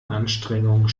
anstrengung